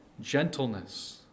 gentleness